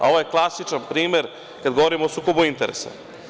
Ovo je klasičan primer kada govorimo o sukobu interesa.